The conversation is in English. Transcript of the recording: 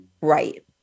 Right